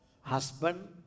Husband